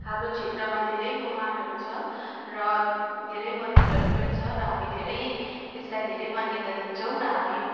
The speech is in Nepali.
हाम्रो क्षेत्रमा धेरै मुहानहरू छ र धेरै मन्दिरहरू पनि छ र हामी धेरै यसलाई धेरै मान्यता दिन्छौँ र हामी